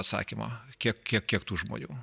atsakymo kiek kiek kiek tų žmonių